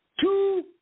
two